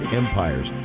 empires